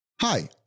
Hi